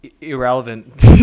Irrelevant